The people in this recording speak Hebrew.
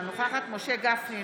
אינה נוכחת משה גפני,